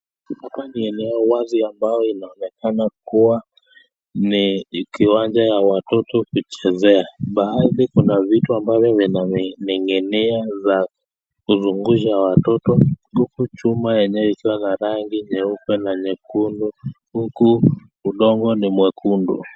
Hapa ni eneo wazi ambao inaonekana kuwa ni kiwanja ya watoto kuchezea. Mbali kuna vitu ambavyo vinaning'inia za kuzungusha watoto huku chuma yenyewe ikiwa na rangi nyeupe na nyekundu huku udongo ni mwekundu.